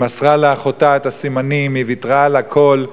היא מסרה לאחותה את הסימנים והיא ויתרה על הכול,